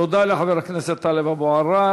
תודה לחבר הכנסת טלב אבו עראר.